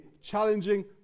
challenging